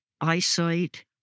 eyesight